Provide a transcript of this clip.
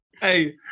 Hey